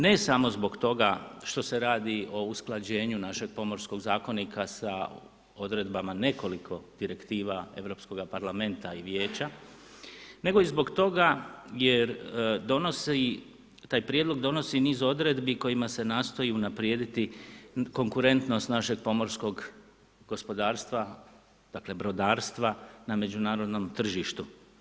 Ne samo zbog toga što se radi o usklađenju našeg Pomorskog zakonika sa odredbama nekoliko direktiva Europskoga parlamenta i Vijeća, nego i zbog toga jer donosi, taj prijedlog donosi niz odredbi kojima se nastoji unaprijediti, konkurentnost našeg pomorskog gospodarstva, dakle, brodarstva, na međunarodnom tržištu.